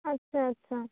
ᱟᱪᱪᱷᱟ ᱟᱪᱪᱷᱟ